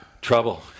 trouble